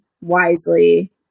wisely